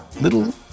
little